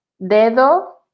Dedo